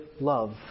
love